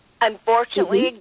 Unfortunately